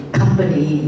company